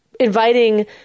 inviting